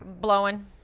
blowing